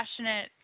passionate